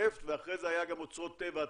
נפט ואחרי זה גם היה אוצרות טבע.